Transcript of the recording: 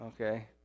okay